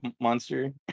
monster